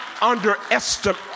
underestimate